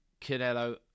Canelo